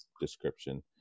description